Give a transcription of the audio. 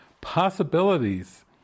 possibilities